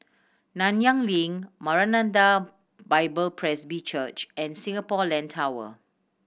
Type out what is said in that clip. Nanyang Link Maranatha Bible Presby Church and Singapore Land Tower